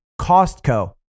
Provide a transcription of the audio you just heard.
Costco